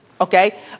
Okay